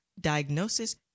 diagnosis